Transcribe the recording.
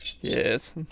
Yes